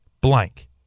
blank